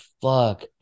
fuck